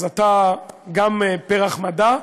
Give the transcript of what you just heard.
אז אתה גם פרח מדע,